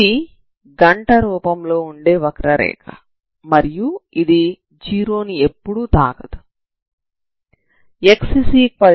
ఇది గంట రూపంలో ఉండే వక్రరేఖ మరియు ఇది 0 ని ఎప్పుడూ తాకదు